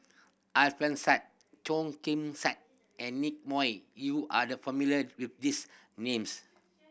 Alfian Sa'at Khim Sa'at and Nick Moey you are the familiar with these names